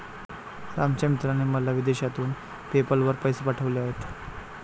रामच्या मित्राने मला विदेशातून पेपैल वर पैसे पाठवले आहेत